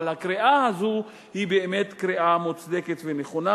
הקריאה הזו היא באמת קריאה מוצדקת ונכונה.